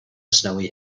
snowy